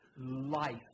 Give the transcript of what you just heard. life